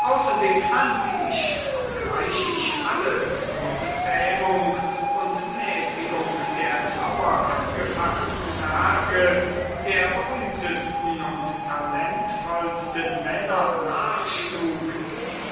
außerdem fand ich obgleich ich alle zur bezähmung und mäßigung der trauer abgefaßten werke der berühmtesten und talentvollsten männer nachschlug